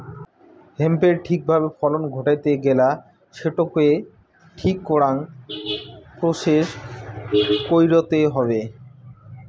হেম্পের ঠিক ভাবে ফলন ঘটাইতে গেলা সেটোকে ঠিক করাং প্রসেস কইরতে হবে